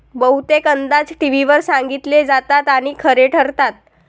बहुतेक अंदाज टीव्हीवर सांगितले जातात आणि खरे ठरतात